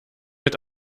mit